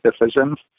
decisions